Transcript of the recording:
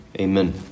Amen